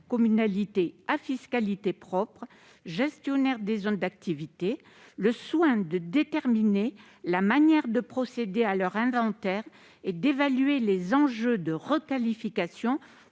intercommunalités à fiscalité propre, gestionnaires des zones d'activité, le soin de déterminer la manière de procéder à leur inventaire et d'évaluer les enjeux de requalification